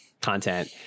content